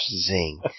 zing